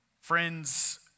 Friends